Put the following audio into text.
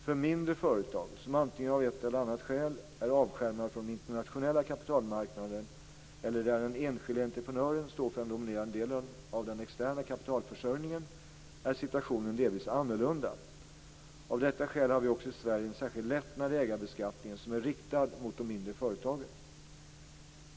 För mindre företag, som av ett eller annat skäl är avskärmade från de internationella kapitalmarknaderna eller där den enskilde entreprenören står för den dominerande delen av den externa kapitalförsörjningen, är situationen delvis annorlunda. Av detta skäl har vi också i Sverige en särskild lättnad i ägarbeskattningen som är riktad mot de mindre företagen.